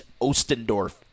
Ostendorf